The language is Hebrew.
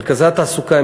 מרכזי התעסוקה,